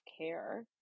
care